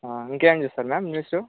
ఇంకేం చూస్తారు ma'am news